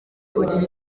ugira